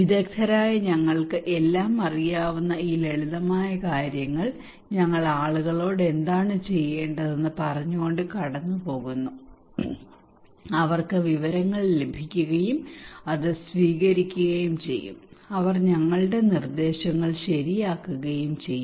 വിദഗ്ദ്ധരായ ഞങ്ങൾക്ക് എല്ലാം അറിയാവുന്ന ഈ ലളിതമായ കാര്യങ്ങൾ ഞങ്ങൾ ആളുകളോട് എന്താണ് ചെയ്യേണ്ടതെന്ന് പറഞ്ഞുകൊണ്ട് കടന്നുപോകുന്നു അവർക്ക് വിവരങ്ങൾ ലഭിക്കുകയും അത് സ്വീകരിക്കുകയും ചെയ്യും അവർ ഞങ്ങളുടെ നിർദ്ദേശങ്ങൾ ശരിയാക്കുകയും ചെയ്യും